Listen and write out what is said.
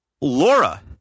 Laura